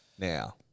Now